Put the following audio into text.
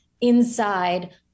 inside